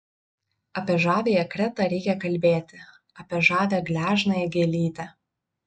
apie žaviąją kretą reikia kalbėti apie žavią gležnąją gėlytę